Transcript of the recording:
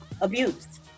abused